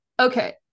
okay